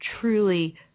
truly